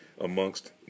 amongst